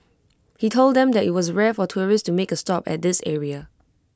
he told them that IT was rare for tourists to make A stop at this area